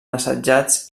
assetjats